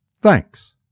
Thanks